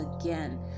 again